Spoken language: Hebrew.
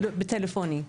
טלפוני.